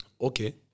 Okay